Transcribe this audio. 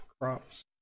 crops